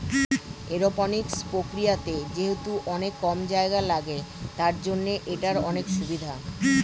aeroponics প্রক্রিয়াতে যেহেতু অনেক কম জায়গা লাগে, তার জন্য এটার অনেক সুভিধা